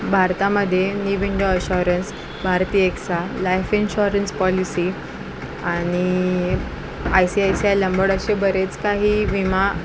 भारतामध्ये नी विं insurance Bharti AXA life insurance policy आणि I C I C I Lombard असे बरेच काही विमा